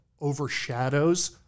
overshadows